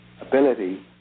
ability